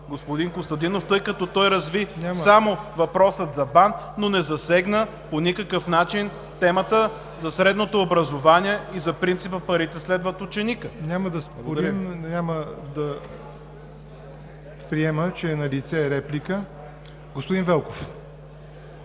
господин Костадинов, тъй като той разви само въпроса за БАН, но не засегна по никакъв начин темата за средното образование и за принципа „Парите следват ученика“. ПРЕДСЕДАТЕЛ ЯВОР НОТЕВ: Няма да приема, че е налице реплика. Господин Велков,